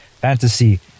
fantasy